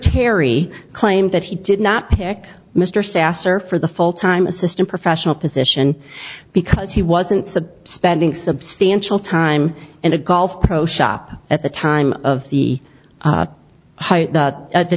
terry claimed that he did not pick mr sasser for the full time assistant professional position because he wasn't substandard substantial time in a golf pro shop at the time of the height at the